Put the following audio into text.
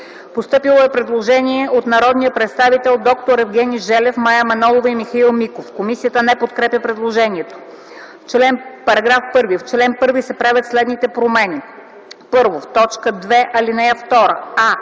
Постъпило е предложение от народните представители д-р Евгений Желев, Мая Манолова и Михаил Миков. Комисията не подкрепя предложението: § 1. В чл. 1 се правят следните промени: 1. В т. 2, ал. 2: а)